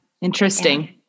interesting